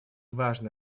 важные